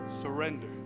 surrender